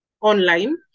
online